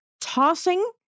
tossing